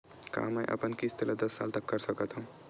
का मैं अपन किस्त ला दस साल तक कर सकत हव?